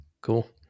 Cool